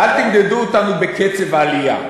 אל תמדדו אותנו בקצב העלייה.